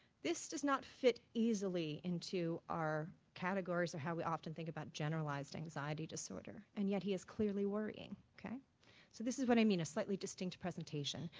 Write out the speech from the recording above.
this does not fit easily into our categories or how we often think about generalized anxiety disorder and yet he is clearly worrying. so this is what i mean, a slightly distinct presentation.